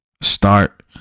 start